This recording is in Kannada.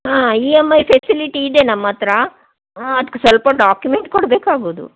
ಹಾಂ ಇ ಎಮ್ ಐ ಫೆಸಿಲಿಟಿ ಇದೆ ನಮ್ಮ ಹತ್ರ ಹಾಂ ಅದ್ಕೆ ಸ್ವಲ್ಪ ಡಾಕ್ಯುಮೆಂಟ್ ಕೊಡ್ಬೇಕಾಗ್ಬಹುದು